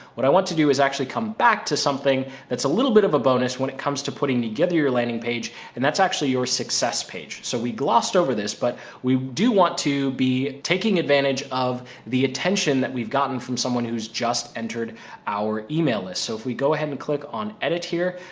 what i want to do is actually come back to something that's a little bit of a bonus when it comes to putting together your landing page and that's actually your success page. so we glossed over this, but we do want to be taking advantage of the attention that we've gotten from someone who's just entered our email list. so if we go ahead and click on edit here,